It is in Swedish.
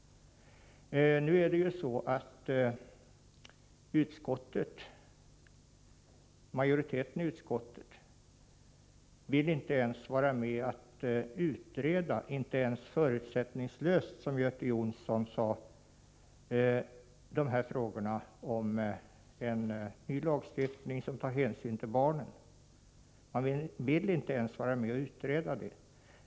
Nu förhåller det sig ju så, att majoriteten i utskottet inte ens vill vara med om att förutsättningslöst utreda — som Göte Jonsson sade — de här frågorna om en ny lagstiftning som tar hänsyn till barnen. Man vill alltså inte ens vara med om att utreda detta.